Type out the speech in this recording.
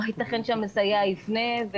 לא יתכן שהמסייע יפנה,